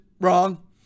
wrong